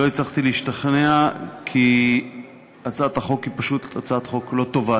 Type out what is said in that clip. לא הצלחתי להשתכנע כי הצעת החוק היא פשוט לא טובה,